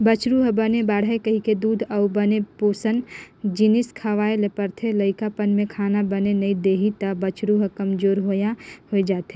बछरु ह बने बाड़हय कहिके दूद अउ बने पोसन जिनिस खवाए ल परथे, लइकापन में खाना बने नइ देही त बछरू ह कमजोरहा हो जाएथे